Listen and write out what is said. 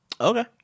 Okay